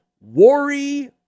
worry